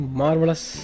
marvelous